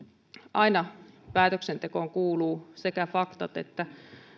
aina päätöksentekoon kuuluvat sekä faktat että